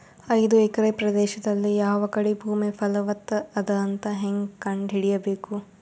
ಐದು ಎಕರೆ ಪ್ರದೇಶದಲ್ಲಿ ಯಾವ ಕಡೆ ಭೂಮಿ ಫಲವತ ಅದ ಅಂತ ಹೇಂಗ ಕಂಡ ಹಿಡಿಯಬೇಕು?